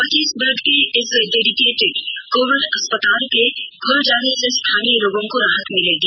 पच्चीस बेड के इस डेडिकेटेड कोविड अस्पताल के खुल जाने से स्थानीय लोगों को राहत मिलेगी